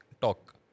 talk